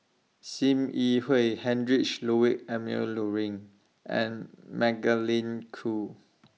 SIM Yi Hui Heinrich Ludwig Emil Luering and Magdalene Khoo